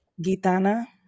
gitana